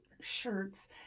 shirts